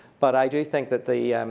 but i do think that the,